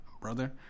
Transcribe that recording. brother